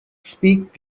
speak